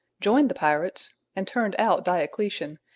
joined the pirates and turned out diocletian,